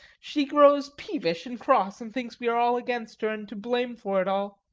she grows peevish and cross, and thinks we are all against her, and to blame for it all.